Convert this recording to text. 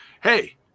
Hey